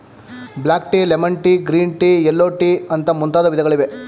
block tea, lemon tea, green tea, yellow tea ಅಂತ ಮುಂತಾದ ವಿಧಗಳಿವೆ